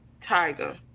Tiger